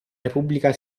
repubblica